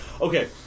Okay